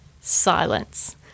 silence